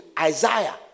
Isaiah